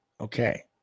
Okay